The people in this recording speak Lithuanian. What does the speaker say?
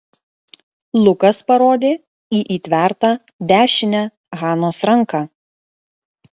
lukas parodė į įtvertą dešinę hanos ranką